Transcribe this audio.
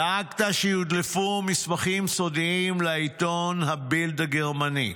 דאגת שיודלפו מסמכים סודיים לעיתון הבילד הגרמני,